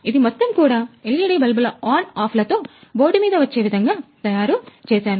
ఇది మొత్తం కూడా ఎల్ఈడీ బల్బుల ఆన్ ఆఫ్ లతో బోర్డు మీద వచ్చే విధముగా తయారుచేశాను